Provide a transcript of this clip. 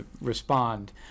respond